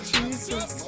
Jesus